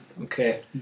Okay